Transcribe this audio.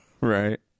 Right